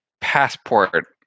passport